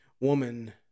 woman